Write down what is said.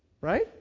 Right